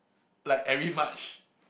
like every March